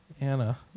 Anna